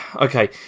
okay